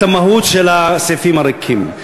את המהות של הסעיפים הריקים,